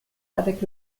avec